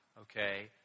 okay